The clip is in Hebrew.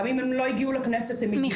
גם אם הם לא הגיעו לכנסת, הם מגיעים.